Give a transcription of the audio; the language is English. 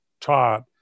taught